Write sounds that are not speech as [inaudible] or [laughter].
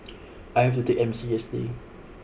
[noise] I have to take M C yesterday